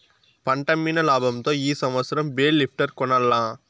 పంటమ్మిన లాబంతో ఈ సంవత్సరం బేల్ లిఫ్టర్ కొనాల్ల